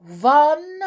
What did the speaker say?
one